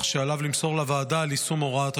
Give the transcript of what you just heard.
שעליו למסור לוועדה על יישום הוראת השעה.